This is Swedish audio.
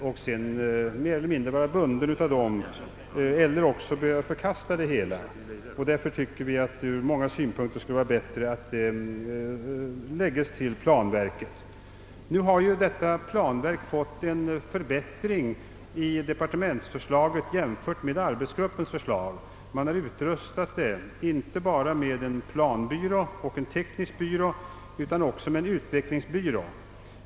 Man blir då antingen bunden av den eller också måste man förkasta dess förslag. Därför tycker vi att det ur många synpunkter skulle vara bättre att utvecklingsarbetet lägges till planverket. Detta planverk har fått en förbättring i departementsförslaget jämfört med arbetsgruppens förslag. Man har utrustat det inte bara med en planbyrå och en teknisk byrå utan också med en utvecklingsbyrå.